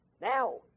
Now